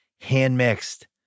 hand-mixed